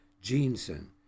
Jensen